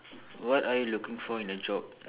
what are you looking for in a job